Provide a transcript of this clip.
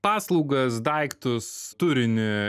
paslaugas daiktus turinį